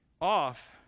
off